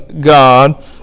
God